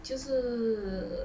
就是